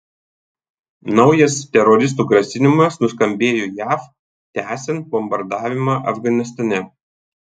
naujas teroristų grasinimas nuskambėjo jav tęsiant bombardavimą afganistane